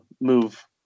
move